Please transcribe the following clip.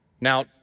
Now